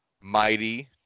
mighty